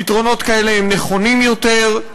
פתרונות כאלה הם נכונים יותר.